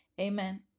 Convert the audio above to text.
Amen